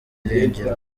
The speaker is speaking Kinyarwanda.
irengero